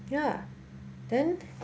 ya then